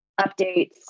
updates